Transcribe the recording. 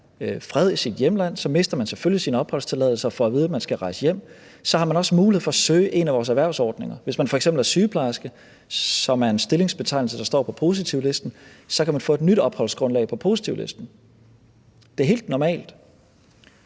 fred i hjemlandet, for så mister man selvfølgelig sin opholdstilladelse og får at vide, at man skal rejse hjem, så har man også mulighed for at søge en af vores erhvervsordninger. Hvis man f.eks. er sygeplejerske, som er en stillingsbetegnelse, der står på positivlisten, kan man få et nyt opholdsgrundlag baseret på positivlisten. Det er helt normalt.